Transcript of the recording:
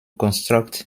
construct